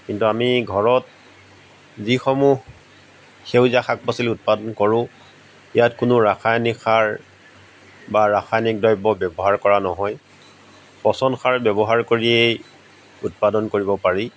কিন্তু আমি ঘৰত যিসমূহ সেউজীয়া শাক পাচলি উৎপাদন কৰো ইয়াত কোনো ৰাসায়নিক সাৰ বা ৰাসায়নিক দ্ৰব্য ব্যৱহাৰ কৰা নহয় পচন সাৰ ব্যৱহাৰ কৰিয়েই উৎপাদন কৰিব পাৰি